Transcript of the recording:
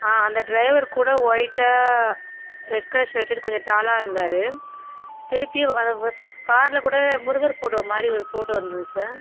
ஆ அந்த ட்ரைவர் கூட வொயிட்டாக ரெட் கலர் ஷர்ட்டர் கொஞ்சம் டாலாக இருந்தார் திருப்பியும் வ காரில் கூட முருகர் ஃபோட்டோ மாதிரி ஒரு ஃபோட்டோ இருந்துது சார்